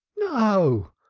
no,